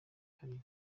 kabiri